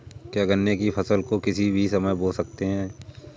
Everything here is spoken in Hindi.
क्या गन्ने की फसल को किसी भी समय बो सकते हैं?